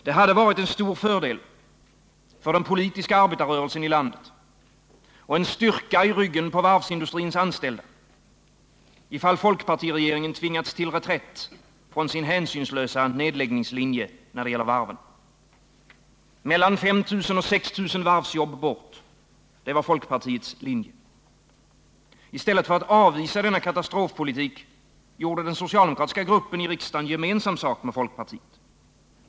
Det hade varit en stor fördel för den politiska arbetarrörelsen och en styrka i ryggen för varvsindustrins anställda, om folkpartiregeringen tvingats till reträtt från sin hänsynslösa nedläggningslinje när det gäller varven. Mellan 5 000 och 6 000 varvsjobb bort — det var folkpartiets linje. I stället för att avvisa denna katastrofpolitik gjorde socialdemokratiska gruppen i riksdagen gemensam sak med folkpartiet.